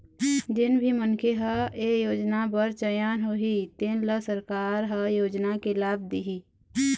जेन भी मनखे ह ए योजना बर चयन होही तेन ल सरकार ह योजना के लाभ दिहि